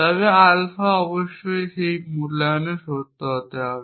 তবে আলফা অবশ্যই সেই মূল্যায়নে সত্য হতে হবে